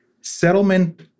settlement